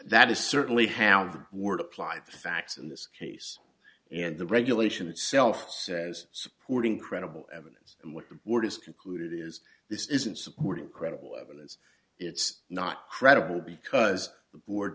that is certainly have the word applied facts in this case and the regulation itself says supporting credible evidence and what the board is concluded is this isn't supported credible evidence it's not credible because